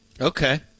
Okay